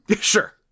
Sure